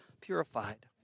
purified